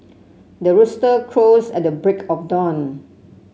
the rooster crows at the break of dawn